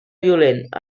violent